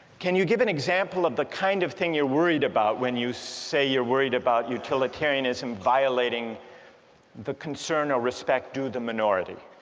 can you give an example of the kind of thing you're worried about when you say you're worried about utilitarianism violating the concern or respect due the minority?